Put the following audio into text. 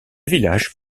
village